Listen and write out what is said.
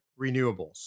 renewables